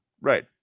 Right